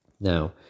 Now